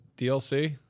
DLC